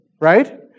right